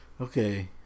okay